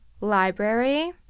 library